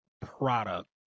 product